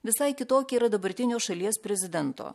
visai kitokia yra dabartinio šalies prezidento